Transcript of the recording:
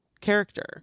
character